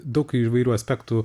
daug įvairių aspektų